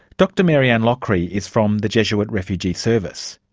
dr maryanne loughry is from the jesuit refugee service.